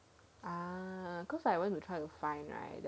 ah cause I went to try to find right